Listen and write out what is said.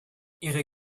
ihre